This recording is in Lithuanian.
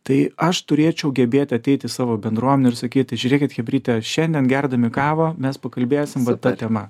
tai aš turėčiau gebėt ateit į savo bendruomenę ir sakyti žiūrėkit chebryte šiandien gerdami kavą mes pakalbėsim vat ta tema